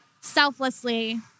selflessly